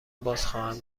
بازخواهم